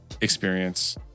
experience